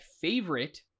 favorite